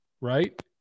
Right